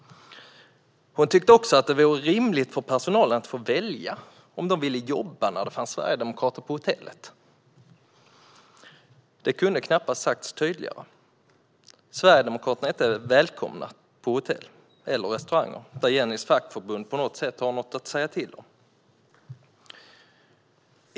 Hon tyckte också att det vore rimligt för personalen att få välja om de ville jobba när det fanns sverigedemokrater på hotellet. Det kunde knappast ha sagts tydligare. Sverigedemokrater är inte välkomna på hotell eller restauranger där Jennys fackförbund på något sätt har något att säga till om.